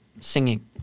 singing